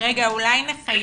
להבנתנו